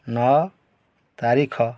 ନଅ ତାରିଖ